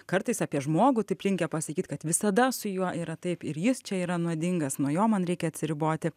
kartais apie žmogų taip linkę pasakyt kad visada su juo yra taip ir jis čia yra nuodingas nuo jo man reikia atsiriboti